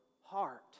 heart